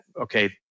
okay